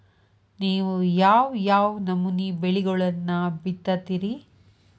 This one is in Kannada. ನೇವು ಯಾವ್ ಯಾವ್ ನಮೂನಿ ಬೆಳಿಗೊಳನ್ನ ಬಿತ್ತತಿರಿ?